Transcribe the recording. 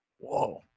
Whoa